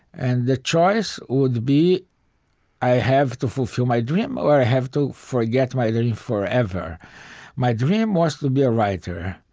and the choice would be i have to fulfill my dream or i have to forget my dream forever my dream was to be a writer.